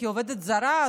כמו העובדת הזרה,